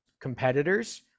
competitors